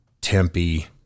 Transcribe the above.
Tempe